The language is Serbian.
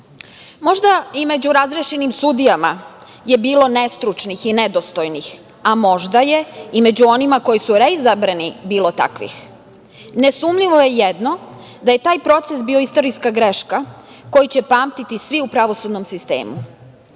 i među razrešenim sudijama je bilo nestručnih i nedostojnih, a možda je i među onima koji su reizabrani bilo takvih. Nesumnjivo je jedno, da je taj proces bio istorijska greška koju će pamtiti svi u pravosudnom